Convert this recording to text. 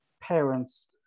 parents